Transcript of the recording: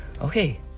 Okay